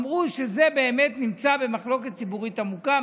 אמרו שזה באמת נמצא במחלוקת ציבורית עמוקה.